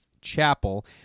Chapel